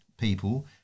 people